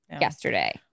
yesterday